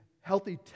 healthy